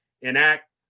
enact